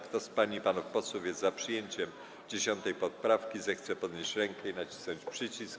Kto z pań i panów posłów jest za przyjęciem 10. poprawki, zechce podnieść rękę i nacisnąć przycisk.